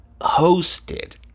hosted